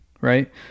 right